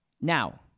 Now